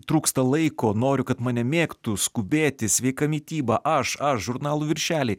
trūksta laiko noriu kad mane mėgtų skubėti sveika mityba aš aš žurnalų viršeliai